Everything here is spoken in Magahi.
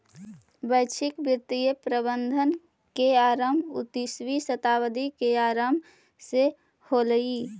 वैश्विक वित्तीय प्रबंधन के आरंभ उन्नीसवीं शताब्दी के आरंभ से होलइ